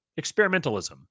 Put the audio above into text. experimentalism